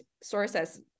sources